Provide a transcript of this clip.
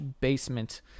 basement